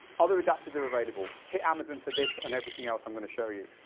other adapters are available. hit amazon for this, and everything else i'm going to show you.